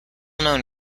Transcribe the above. known